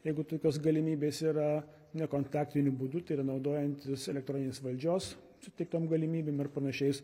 jeigu tokios galimybės yra nekontaktiniu būdu tai yra naudojantis elektroninės valdžios suteiktom galimybėm ir panašiais